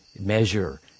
measure